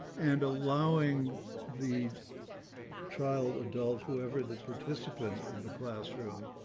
and allowing the child adult, whoever the participant in the classroom,